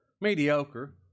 mediocre